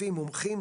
לפי מומחים,